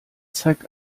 zeigt